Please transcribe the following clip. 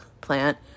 plant